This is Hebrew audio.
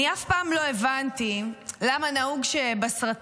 אני אף פעם לא הבנתי למה נהוג בסרטים